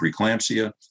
preeclampsia